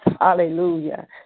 Hallelujah